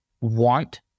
want